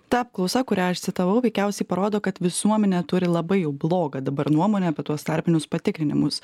ta apklausa kurią aš citavau veikiausiai parodo kad visuomenė turi labai jau blogą dabar nuomonę apie tuos tarpinius patikrinimus